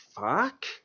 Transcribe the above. fuck